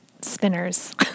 spinners